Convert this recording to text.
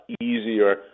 easier